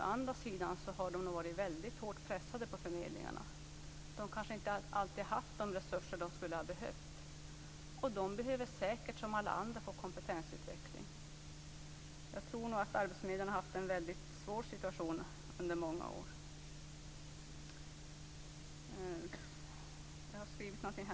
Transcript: Å andra sidan har man nog varit väldigt hårt pressad ute på förmedlingarna. Man har kanske inte alltid haft de resurser som skulle ha behövts. De på arbetsförmedlingarna behöver säkert, precis som alla andra, få kompetensutveckling. Arbetsförmedlarna har nog i många år haft en väldigt svår situation.